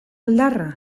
oldarra